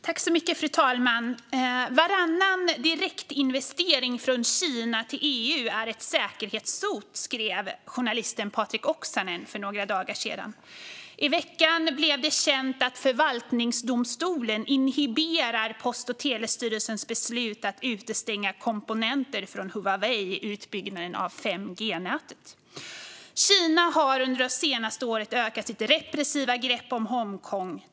Fru talman! Varannan direktinvestering från Kina till EU är ett säkerhetshot, skrev journalisten Patrik Oksanen för några dagar sedan. I veckan blev det känt att Förvaltningsrätten i Stockholm inhiberar Post och telestyrelsens beslut att utestänga komponenter från Huawei vid utbyggnaden av 5G-nätet. Kina har under det senaste året ökat sitt repressiva grepp om Hongkong.